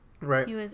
right